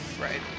Right